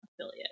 affiliate